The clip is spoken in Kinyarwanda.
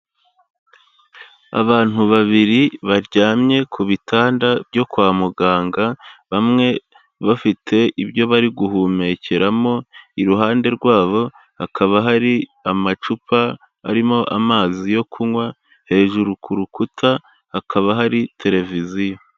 Abantu babiri baryamye ku bitanda byo kwa muganga bamwe bafite ibyo bari guhumekeramo, iruhande rwabo hakaba hari amacupa arimo amazi yo kunywa, hejuru ku rukuta hakaba hari televiziyo.